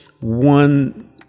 one